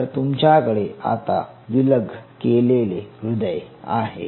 तर तुमच्याकडे आता विलग केलेले हृदय आहे